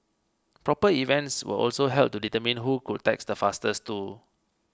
proper events were also held to determine who could text the fastest too